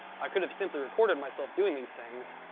i could have simply recorded myself doing these things,